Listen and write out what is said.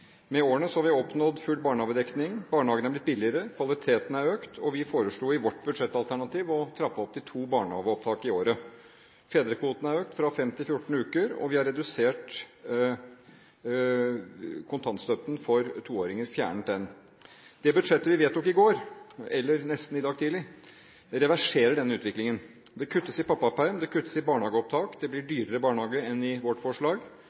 Med årene har vi oppnådd full barnehagedekning, barnehagen er blitt billigere, kvaliteten har økt, og vi foreslo i vårt budsjettalternativ å trappe opp til to barnehageopptak i året. Fedrekvoten har økt fra 5 uker til 14 uker, og vi har fjernet kontantstøtten for toåringer. Det budsjettet vi vedtok i går – eller nesten i dag tidlig – reverserer denne utviklingen. Det kuttes i pappaperm, det kuttes i barnehageopptak, og det blir dyrere barnehage enn i vårt forslag.